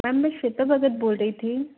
ma'am मैं श्वेता भगत बोल रही थी